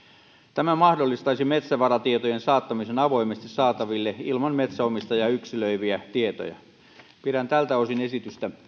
tämä mahdollistaisi metsävaratietojen saattamisen avoimesti saataville ilman metsänomistajaa yksilöiviä tietoja pidän tältä osin esitystä